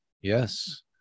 yes